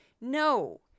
No